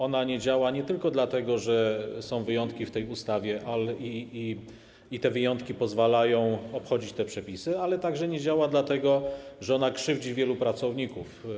Ona nie działa nie tylko dlatego, że są wyjątki w tej ustawie i te wyjątki pozwalają obchodzić te przepisy, ale nie działa także dlatego, że ona krzywdzi wielu pracowników.